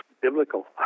biblical